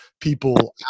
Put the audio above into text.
people